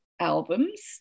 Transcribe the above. albums